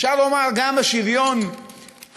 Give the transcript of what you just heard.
אפשר לומר גם השוויון האזרחי,